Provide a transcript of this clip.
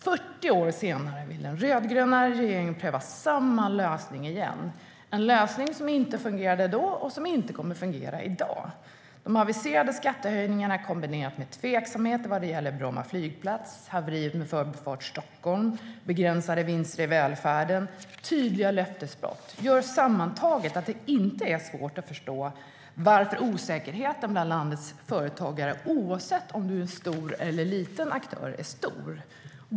40 år senare vill den rödgröna regeringen pröva samma lösning igen, en lösning som inte fungerade då och som inte kommer att fungera i dag. De aviserade skattehöjningarna kombinerat med tveksamheter kring Bromma flygplats, haveriet med Förbifart Stockholm och begränsade vinster i välfärden, som är tydliga löftesbrott, gör sammantaget att det inte är svårt att förstå varför osäkerheten bland landets företagare är stor, oavsett om det är stora eller små aktörer.